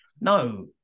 No